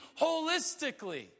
holistically